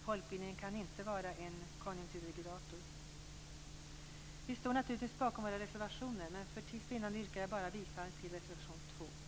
Folkbildningen kan inte vara en konjunkturregulator. Vi står naturligtvis bakom våra reservationer men för tids vinnande yrkar jag bifall endast till reservation 2.